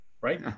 right